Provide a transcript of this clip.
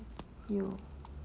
有